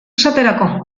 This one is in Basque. esaterako